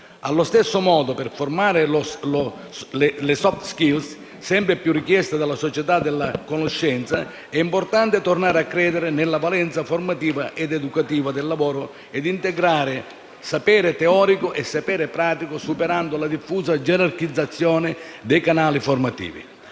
allo stesso modo, per formare le soft skill sempre più richieste dalla società della conoscenza, è importante tornare a credere nella valenza formativa ed educativa del lavoro e integrare sapere teorico e sapere pratico, superando la diffusa gerarchizzazione dei canali formativi.